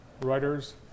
Writers